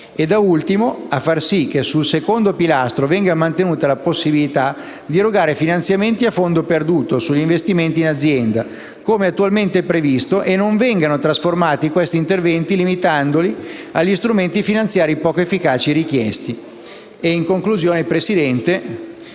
efficacia; 10) a far sì che sul secondo pilastro venga mantenuta la possibilità di erogare finanziamenti a fondo perduto sugli investimenti in azienda, come attualmente previsto, e non vengano trasformati questi interventi, limitandoli agli strumenti finanziari, poco efficaci e richiesti; 11) ad attivarsi, affinché